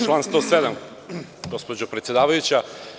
Član 107, gospođo predsedavajuća.